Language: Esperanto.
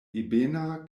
ebena